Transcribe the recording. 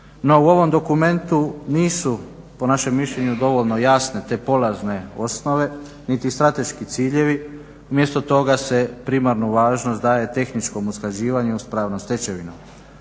No, u ovom dokumentu nisu po našem mišljenju dovoljno jasne te polazne osnove niti strateški ciljevi, umjesto toga se primarnu važnost daje tehničkom usklađivanju s pravnom stečevinom.